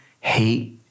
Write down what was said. hate